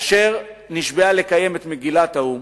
אשר נשבעה לקיים את מגילת האו"ם,